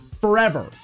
forever